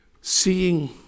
seeing